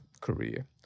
career